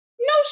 No